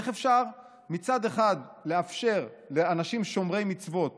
איך אפשר מצד אחד לאפשר לאנשים שומרי מצוות